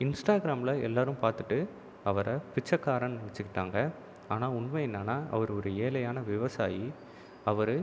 இன்ஸ்டாகிராமில் எல்லோரும் பார்த்துட்டு அவரை பிச்சைக்காரன்னு நெனைச்சிக்கிட்டாங்க ஆனால் உண்மை என்னென்னா அவர் ஒரு ஏழையான விவசாயி அவர்